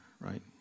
right